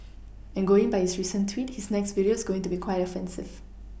and going by his recent tweet his next video is going to be quite offensive